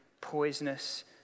poisonous